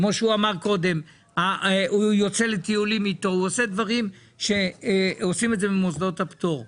הוא יוצא לטיולים ועושה דברים שעושים במוסדות הפטור.